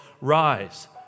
rise